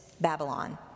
Babylon